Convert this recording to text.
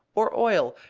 or oil?